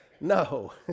No